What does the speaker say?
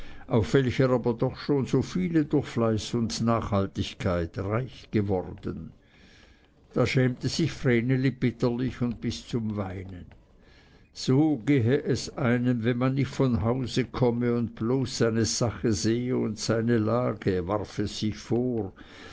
auf welcher aber doch schon so viele durch fleiß und nachhaltigkeit reich geworden da schämte sich vreneli bitterlich und bis zum weinen so gehe es einem wenn man nicht von hause komme und bloß seine sache sehe und seine lage warf es sich vor